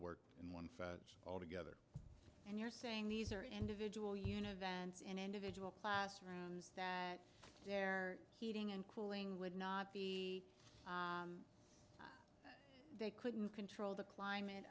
worked in one fads all together and you're saying these are individual unit vents in individual classrooms that their heating and cooling would not be they couldn't control the climate